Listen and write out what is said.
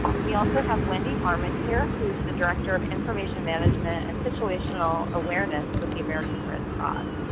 we also have wendy harman here who is the director of information management and situational awareness with the american red cross.